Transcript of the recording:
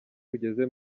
ugeze